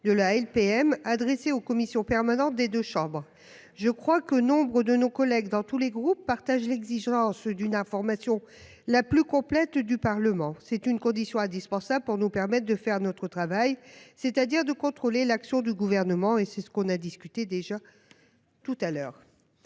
de la LPM adressée aux commissions permanentes des deux chambres. Je crois que nombre de nos collègues dans tous les groupes partagent l'exigence d'une information la plus complète du Parlement. C'est une condition indispensable pour nous permettent de faire notre travail, c'est-à-dire de contrôler l'action du gouvernement et c'est ce qu'on a discuté déjà. Tout à l'heure.